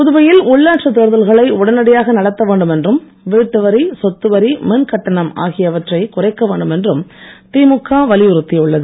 புதுவையில் உள்ளாட்சித் தேர்தல்களை உடனடியாக நடத்த வேண்டும் என்றும் வீட்டுவரி சொத்துவரி மின்கட்டணம் ஆகியவற்றை குறைக்க வேண்டும் என்றும் திமுக வலியுறுத்தியுள்ளது